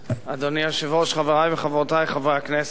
אדוני היושב-ראש, חברי וחברותי חברי הכנסת,